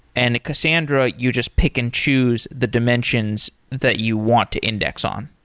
and cassandra, you just pick and choose the dimensions that you want to index on?